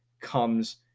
comes